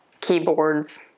keyboards